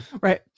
right